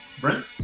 Brent